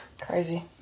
Crazy